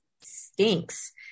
stinks